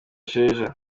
sheja